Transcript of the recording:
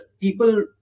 people